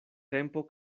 tempo